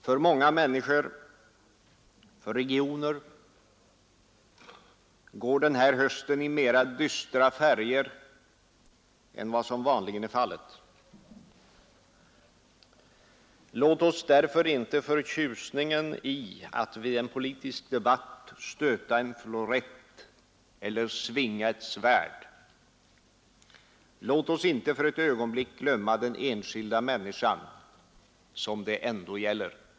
För många människor —- för regioner - gar den här hösten i dystrare färger än vad som vanligen är fallet. Lät oss därför inte för tjusningen i att vid en debatt stöta en florett eller svinga ett svärd för ett ögonblick glömma den enskilda människan, som det ändå gäller.